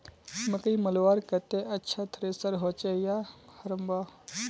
मकई मलवार केते अच्छा थरेसर होचे या हरम्बा?